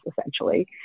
essentially